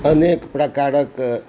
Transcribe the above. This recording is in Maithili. अनेक प्रकारके